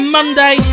Monday